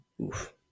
Oof